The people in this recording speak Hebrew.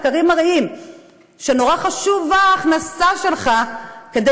מחקרים מראים שנורא חשובה ההכנסה שלך כדי